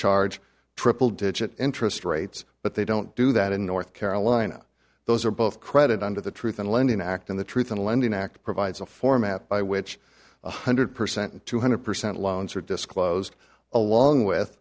charge triple digit interest rates but they don't do that in north carolina those are both credit under the truth in lending act and the truth in lending act provides a format by which one hundred percent two hundred percent loans are disclosed along with